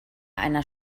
einer